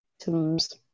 items